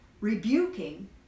rebuking